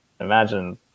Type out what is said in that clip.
imagine